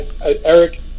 Eric